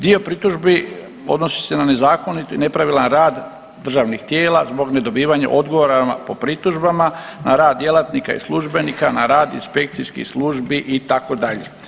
Dio pritužbi odnosi se na nezakonit i nepravilan rad državnih tijela zbog nedobivanja odgovora po pritužbama na rad djelatnika i službenika, na rad inspekcijskih službi itd.